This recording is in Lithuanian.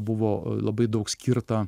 buvo labai daug skirta